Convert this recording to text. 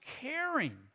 caring